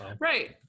Right